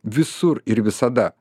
visur ir visada